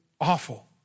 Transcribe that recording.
awful